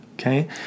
Okay